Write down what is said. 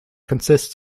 consists